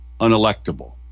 unelectable